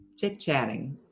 chit-chatting